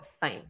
fine